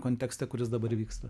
kontekste kuris dabar vyksta